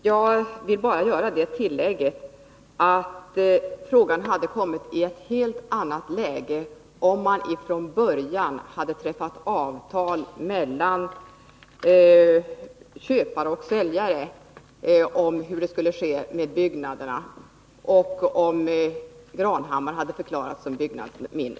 Herr talman! Jag vill bara tillägga att frågan hade kommit i ett helt annat läge om man från början hade träffat avtal mellan köpare och säljare om vad som skulle ske med byggnaderna och om Granhammars slott hade förklarats som byggnadsminne.